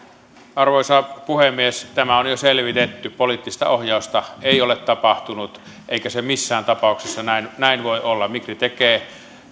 arvoisa puhemies tämä on jo selvitetty poliittista ohjausta ei ole tapahtunut eikä se missään tapauksessa näin näin voi olla migri tekee